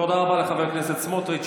תודה רבה לחבר הכנסת סמוטריץ'.